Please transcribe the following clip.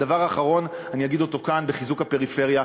הדבר האחרון בחיזוק הפריפריה,